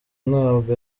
ntabwo